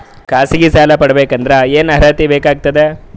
ಖಾಸಗಿ ಸಾಲ ಪಡಿಬೇಕಂದರ ಏನ್ ಅರ್ಹತಿ ಬೇಕಾಗತದ?